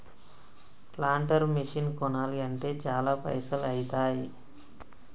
planter machine కొనాలి అంటే చాల పైసల్ ఐతాయ్